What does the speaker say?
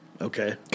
Okay